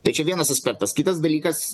tai čia vienas aspektas kitas dalykas